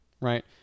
right